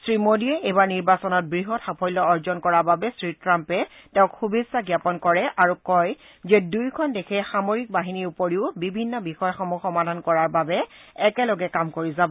শ্ৰীমোডীয়ে এইবাৰৰ নিৰ্বাচনত বৃহৎ সাফল্য অৰ্জন কৰাৰ বাবে শ্ৰী ট্ৰাম্পে তেওঁক শুভেচ্ছা জ্ঞাপন কৰে আৰু কয় যে দুয়োখন দেশে সামৰিক বাহিনীৰ উপৰিও বিভিন্ন বিষয়সমূহ সমাধান কৰাৰ বাবে একেলগে কাম কৰি যাব